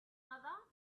other